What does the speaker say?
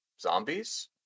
Zombies